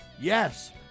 Yes